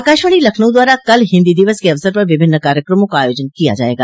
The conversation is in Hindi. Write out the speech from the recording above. आकाशवाणी लखनऊ द्वारा कल हिन्दी दिवस के अवसर पर विभिन्न कार्यक्रमों का आयोजन किया जायेगा